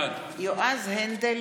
בעד יועז הנדל